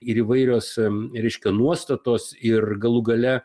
ir įvairios reiškia nuostatos ir galų gale